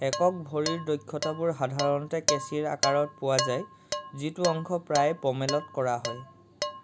একক ভৰিৰ দক্ষতাবোৰ সাধাৰণতে কেঁচিৰ আকাৰত পোৱা যায় যিটো অংশ প্ৰায়ে পমেলত কৰা হয়